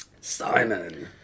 Simon